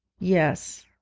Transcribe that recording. yes,